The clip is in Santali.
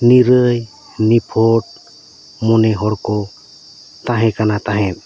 ᱱᱤᱨᱟᱹᱭ ᱱᱤᱯᱷᱩᱴ ᱢᱚᱱᱮ ᱦᱚᱲ ᱠᱚ ᱛᱟᱦᱮᱸ ᱠᱟᱱᱟ ᱛᱟᱦᱮᱸᱫ